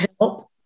help